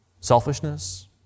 selfishness